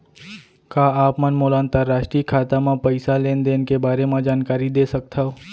का आप मन मोला अंतरराष्ट्रीय खाता म पइसा लेन देन के बारे म जानकारी दे सकथव?